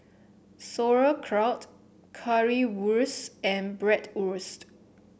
Sauerkraut Currywurst and Bratwurst